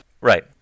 Right